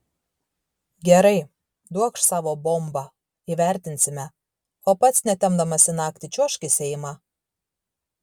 gerai duokš savo bombą įvertinsime o pats netempdamas į naktį čiuožk į seimą